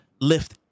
lift